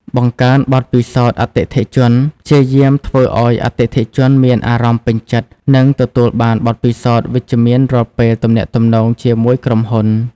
បង្កើនបទពិសោធន៍អតិថិជន ព្យាយាមធ្វើឱ្យអតិថិជនមានអារម្មណ៍ពេញចិត្ត និងទទួលបានបទពិសោធន៍វិជ្ជមានរាល់ពេលទំនាក់ទំនងជាមួយក្រុមហ៊ុន។